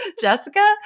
Jessica